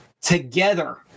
together